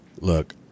look